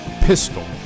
Pistol